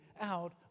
out